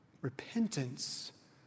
Repentance